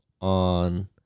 on